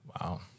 wow